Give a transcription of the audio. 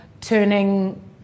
turning